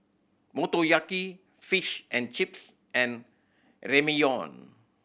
Motoyaki Fish and Chips and Ramyeon